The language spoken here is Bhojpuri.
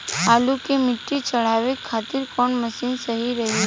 आलू मे मिट्टी चढ़ावे खातिन कवन मशीन सही रही?